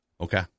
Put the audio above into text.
Okay